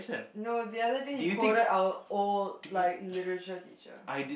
no the other day he quoted our old like literature teacher